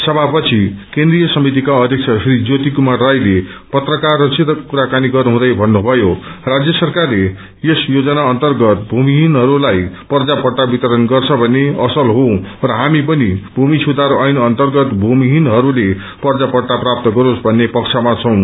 सभापछि केन्द्रीय समितिका अध्यक्ष श्री ज्योति कुमार राईले पत्रकारइससित कुराकानी गर्नुहुँदै भन्नुभयो राज्य सरकारले यस योजना अन्तर्गत भूमिक्षीनहरूलाई पर्जापट्टा वितरण गर्छ भने असल हो र हामी पनि भूमि सुधार ऐन अन्तर्गत भूमिक्षीनहस्ले पर्जापट्टा प्राप्त गरोस भन्ने पक्षमा छौं